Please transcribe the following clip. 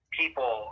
people